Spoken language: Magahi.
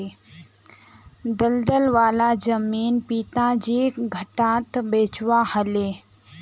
दलदल वाला जमीन पिताजीक घटाट बेचवा ह ले